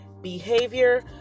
behavior